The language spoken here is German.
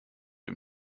dem